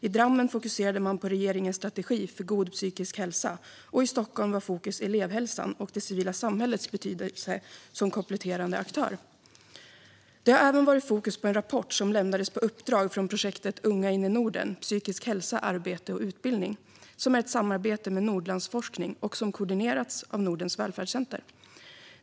I Drammen fokuserade man på regeringens strategi för god psykisk hälsa, och i Stockholm var fokus elevhälsan och det civila samhällets betydelse som kompletterande aktör. Det har även varit fokus på en rapport som lämnades på uppdrag från projektet Unga in i Norden - psykisk hälsa, arbete och utbildning. Det genomfördes i samarbete med Nordlandsforskning och koordinerades av Nordens välfärdscenter.